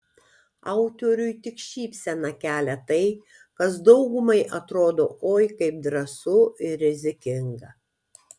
autoriui tik šypseną kelia tai kas daugumai atrodo oi kaip drąsu ir rizikinga